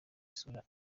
isura